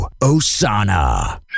Osana